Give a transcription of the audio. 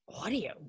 audio